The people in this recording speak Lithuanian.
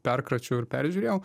perkračiau ir peržiūrėjau